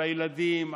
על הילדים,